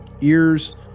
ears